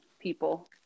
people